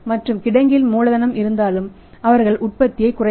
மற்றும் கிடங்கில் மூலதனம் இருந்தாலும் அவர்கள் உற்பத்தியைக் குறைப்பார்